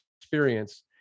experience